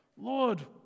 Lord